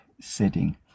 setting